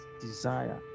desire